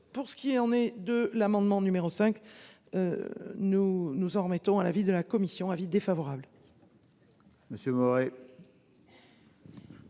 Pour ce qui est en est de l'amendement numéro 5. Nous nous en remettons à l'avis de la commission avis défavorable. Monsieur Moret.